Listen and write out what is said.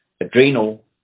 ADRENAL